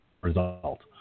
result